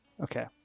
okay